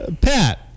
Pat